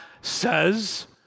says